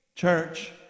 church